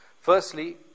Firstly